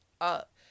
up